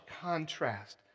contrast